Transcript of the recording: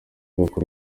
gakuru